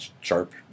Sharp